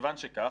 וכיוון שכך,